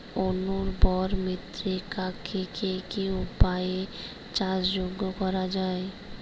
অনুর্বর মৃত্তিকাকে কি কি উপায়ে চাষযোগ্য করা যায়?